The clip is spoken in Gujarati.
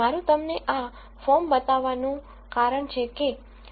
મારું તમને આ ફોર્મ બતાવવાનું કારણ છે કે